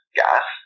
gas